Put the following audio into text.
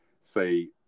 say